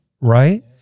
right